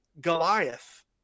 Goliath